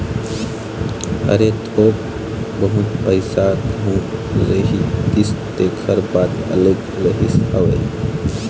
अरे थोक बहुत पइसा कहूँ रहितिस तेखर बात अलगे रहिस हवय